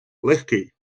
легкий